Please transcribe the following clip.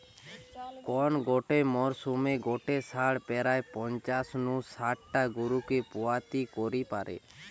কোন গটে মরসুমে গটে ষাঁড় প্রায় পঞ্চাশ নু শাট টা গরুকে পুয়াতি করি পারে